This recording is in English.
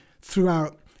throughout